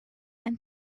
and